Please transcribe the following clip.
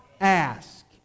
ask